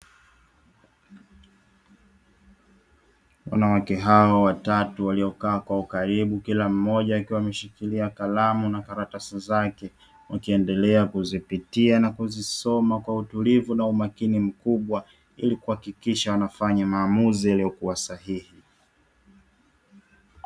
Wanawake hawa watatu waliokaa kwa ukaribu kila mmoja akiwa ameshikilia kalamu na karatasi zake, akiendelea kuzipitia na kuzisoma kwa utulivu na umakini mkubwa, ili kuhakikisha wanafanya maamuzi yaliyokuwa sahihi.